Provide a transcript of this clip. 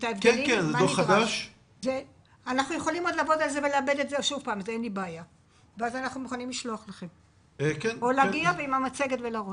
אנחנו יכולים לעבד את הדוח ולשלוח לכם או להגיע לפה ולהציג את המצגת.